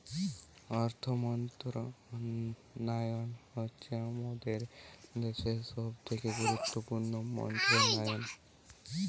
অর্থ মন্ত্রণালয় হচ্ছে মোদের দ্যাশের সবথেকে গুরুত্বপূর্ণ মন্ত্রণালয়